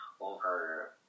over